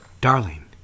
Darling